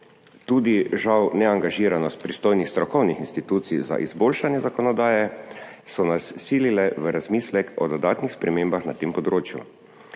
tudi žal neangažiranost pristojnih strokovnih institucij za izboljšanje zakonodaje so nas silili v razmislek o dodatnih spremembah na tem področju.